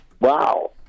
Wow